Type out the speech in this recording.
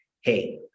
Hey